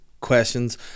questions